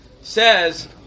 says